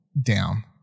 down